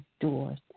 doors